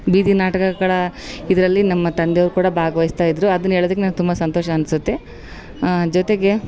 ಬೀದಿ ನಾಟಕಗಳ ಇದರಲ್ಲಿ ನಮ್ಮ ತಂದೆಯವರು ಕೂಡ ಭಾಗವಹಿಸ್ತಾ ಇದ್ರು ಅದನ್ನು ಹೇಳೋದಿಕ್ಕೆ ನನಗೆ ತುಂಬ ಸಂತೋಷ ಅನಿಸುತ್ತೆ ಜೊತೆಗೆ